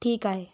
ठीक आहे